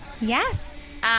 Yes